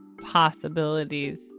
possibilities